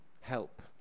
help